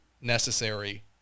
necessary